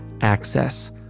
access